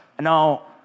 Now